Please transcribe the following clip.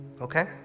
Okay